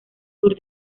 sur